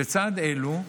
לצד אלו,